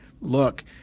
look